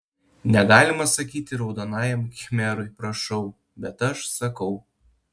negalima sakyti raudonajam khmerui prašau bet aš sakau